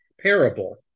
parable